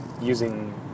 using